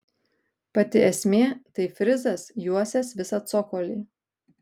pati esmė tai frizas juosęs visą cokolį